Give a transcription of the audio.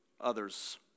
others